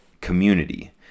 community